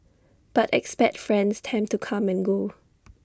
but expat friends tend to come and go